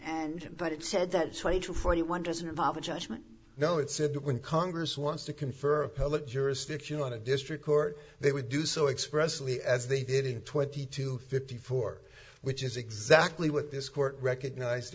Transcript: and but it said that twenty two forty one doesn't involve a judgment now it's said that when congress wants to confer appellate jurisdiction on a district court they would do so expressly as they did in twenty two fifty four which is exactly what this court recognized